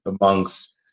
amongst